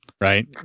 right